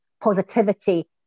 positivity